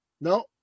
no